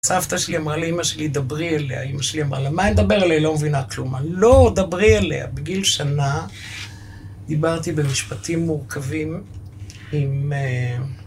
סבתא שלי אמרה לאמא שלי, דברי אליה. אמא שלי אמרה, למה לדבר אליה? היא לא מבינה כלום. לא, דברי אליה. בגיל שנה, דיברתי במשפטים מורכבים עם...